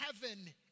heaven